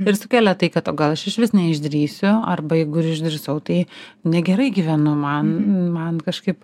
ir sukelia tai kad o gal aš išvis neišdrįsiu arba jeigu ir išdrįsau tai negerai gyvenu man man kažkaip